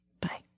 Bye